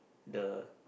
the